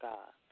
God